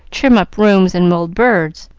trim up rooms and mould birds,